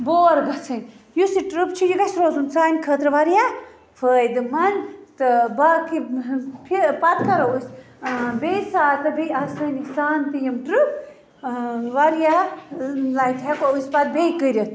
بور گَژھٕنۍ یُس یہِ ٹرٛپ چھُ یہِ گَژھِ روزُن سانہِ خٲطرٕ واریاہ فٲیِدٕ مَنٛد تہٕ باقٕے پَتہٕ کرو أسۍ بیٚیہِ ساتہٕ بیٚیہِ آسٲنی سان تہِ یِم ٹرٛپ واریاہ لَٹہِ ہیٚکو أسۍ پَتہٕ بیٚیہِ کٔرِتھ